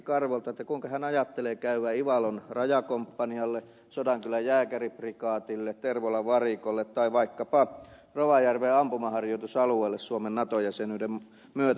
karvolta kuinka hän ajattelee käyvän ivalon rajakomppanialle sodankylän jääkäriprikaatille tervolan varikolle tai vaikkapa rovajärven ampumaharjoitusalueelle suomen nato jäsenyyden myötä